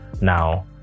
now